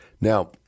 Now